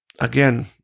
again